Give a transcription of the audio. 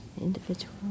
individual